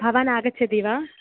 भवान् आगच्छति वा